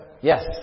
Yes